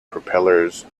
propellers